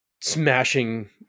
smashing